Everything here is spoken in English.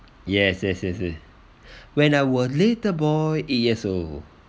yes yes yes yes when I was little boy eight years old